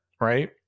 right